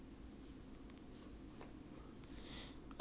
I don't know my school here fort canning 应该有等一下我去找 lah hor